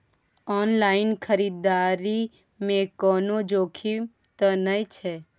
Online खरीददारी में कोनो जोखिम त नय छै?